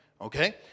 Okay